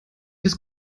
des